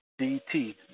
DT